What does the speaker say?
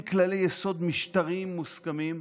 אין כללי יסוד משטריים מוסכמים,